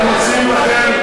אנחנו מציעים לכם,